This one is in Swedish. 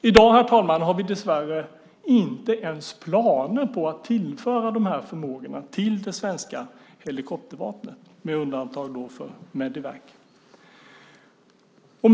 I dag, herr talman, har vi dessvärre inte ens planer på att tillföra de här förmågorna till det svenska helikoptervapnet med undantag för Medevac.